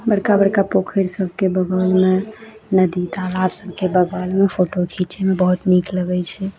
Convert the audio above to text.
बड़का बड़का पोखरि सबके बगलमे नदी तालाब सबके बगलमे फोटो खीचैमे बहुत नीक लगैत छै